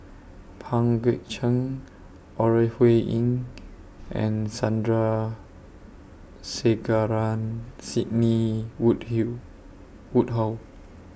Pang Guek Cheng Ore Huiying and Sandrasegaran Sidney Wood Hill Woodhull